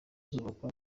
zubakwa